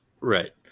Right